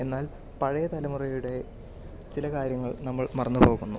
എന്നാൽ പഴയ തലമുറയുടെ ചില കാര്യങ്ങൾ നമ്മൾ മറന്നുപോകുന്നു